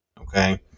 Okay